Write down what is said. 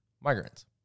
migrants